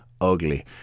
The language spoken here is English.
ugly